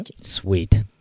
Sweet